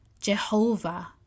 Jehovah